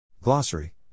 Glossary